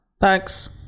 thanks